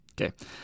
Okay